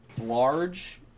large